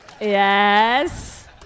Yes